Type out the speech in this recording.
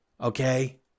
Okay